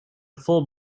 full